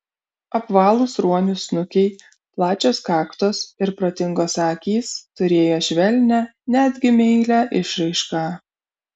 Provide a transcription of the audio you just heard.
apvalūs ruonių snukiai plačios kaktos ir protingos akys turėjo švelnią netgi meilią išraišką